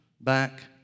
back